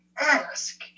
Ask